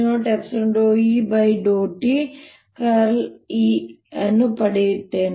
ನಾವು B00∂tE ಅನ್ನು ಪಡೆಯುತ್ತೇವೆ